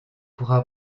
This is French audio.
pourra